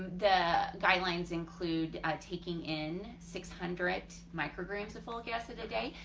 the guidelines include taking in six hundred micrograms of folic acid a day,